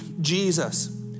Jesus